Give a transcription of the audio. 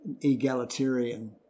egalitarian